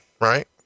right